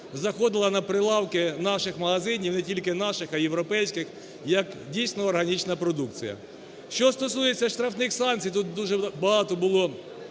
заходила на прилавки наших магазинів, не тільки наших, а і європейських, як дійсно органічна продукція. Що стосується штрафних санкцій. Тут дуже багато було